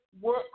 work